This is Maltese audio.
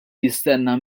jistenna